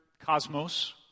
Cosmos